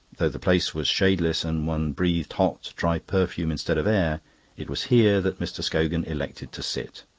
though the place was shadeless and one breathed hot, dry perfume instead of air it was here that mr. scogan elected to sit.